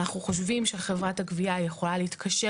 אנחנו חושבים שחברת הגבייה יכולה להתקשר